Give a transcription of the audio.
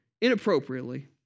inappropriately